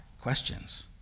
questions